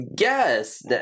Yes